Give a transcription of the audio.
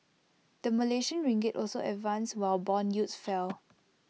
the Malaysian ringgit also advanced while Bond yields fell